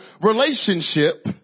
relationship